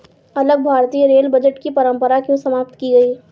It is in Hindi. अलग भारतीय रेल बजट की परंपरा क्यों समाप्त की गई?